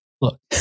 look